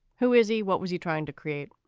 who is he? what was he trying to create?